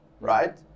right